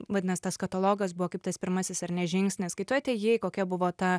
vadinas tas katalogas buvo kaip tas pirmasis ar ne žingsnis kai tu atėjai kokia buvo ta